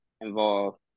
involved